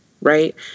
right